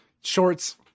Shorts